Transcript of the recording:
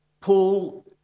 Paul